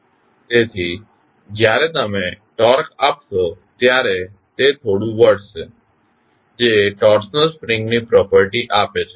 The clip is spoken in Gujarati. તેથી જ્યારે તમે ટોર્ક આપશો ત્યારે તે થોડું વળશે જે ટોર્સનલ સ્પ્રિંગની પ્રોપર્ટી આપે છે